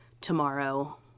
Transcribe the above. tomorrow